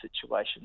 situation